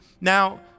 Now